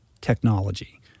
technology